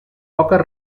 poques